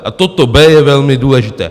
A toto B je velmi důležité!